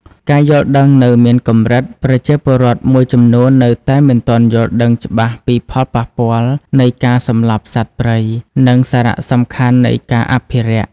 ការយល់ដឹងនៅមានកម្រិត ប្រជាពលរដ្ឋមួយចំនួននៅតែមិនទាន់យល់ដឹងច្បាស់ពីផលប៉ះពាល់នៃការសម្លាប់សត្វព្រៃ និងសារៈសំខាន់នៃការអភិរក្ស។